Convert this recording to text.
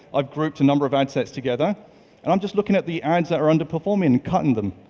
i've grouped a number of ad sets together and i'm just looking at the ads that are underperforming and cutting them,